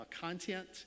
content